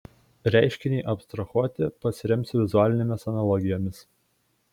reiškiniui abstrahuoti pasiremsiu vizualinėmis analogijomis